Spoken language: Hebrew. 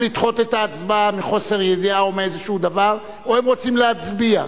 לדחות את ההצבעה מחוסר ידיעה או מאיזה דבר או שהם רוצים להצביע?